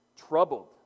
troubled